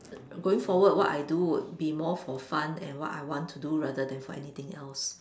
going forward what I do would be more for fun and what I want to do rather than for anything else